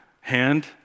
hand